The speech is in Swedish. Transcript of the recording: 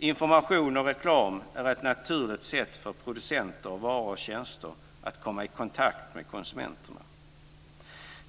Information och reklam är ett naturligt sätt för producenter av varor och tjänster att komma i kontakt med konsumenterna.